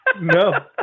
No